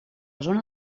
zona